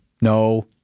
No